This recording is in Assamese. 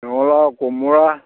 ৰঙালাও কোমোৰা